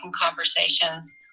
conversations